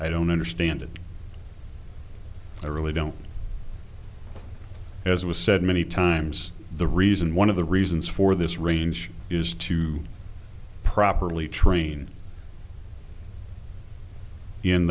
i don't understand and i really don't as it was said many times the reason one of the reasons for this range is to properly train in